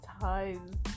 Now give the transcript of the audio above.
times